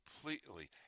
completely